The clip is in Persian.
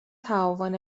تعاون